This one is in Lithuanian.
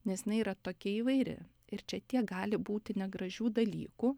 nes jinai yra tokia įvairi ir čia tiek gali būti negražių dalykų